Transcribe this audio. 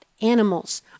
animals